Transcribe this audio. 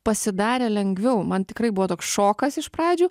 pasidarė lengviau man tikrai buvo toks šokas iš pradžių